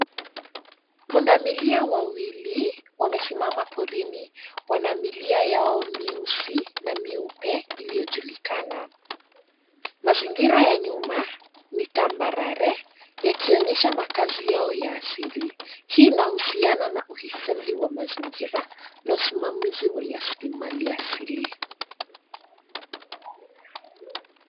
Punda milia wawili wamesimama porini wana milia yao mieusi na mieupe iliyojulikana. Mazingira ya nyuma ni tambarare yakionyesha makaazi yao ya asili. Hii inahusiana na uhifadhi wa mazingira na usimamizi wa rasilimali asili.